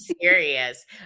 serious